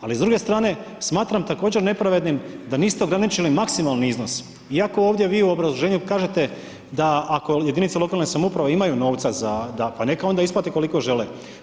Ali s druge strane, smatram također nepravednim da niste ograničili maksimalni iznos, iako ovdje vi u obrazloženju kažete da ako jedinice lokalne samouprave imaju novca za da, pa neka onda isplate koliko žele.